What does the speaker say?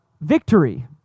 victory